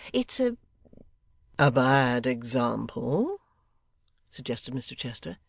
it's a a bad example suggested mr chester.